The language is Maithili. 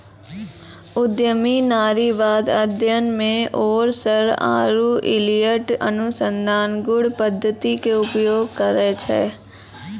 उद्यमी नारीवाद अध्ययन मे ओरसर आरु इलियट अनुसंधान गुण पद्धति के उपयोग करै छै